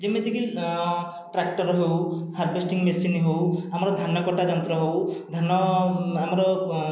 ଯେମିତିକି ଟ୍ରାକ୍ଟର ହେଉ harvesting machine ହେଉ ଆମର ଧାନକଟା ଯନ୍ତ୍ର ହେଉ ଧାନ ଆମର